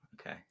okay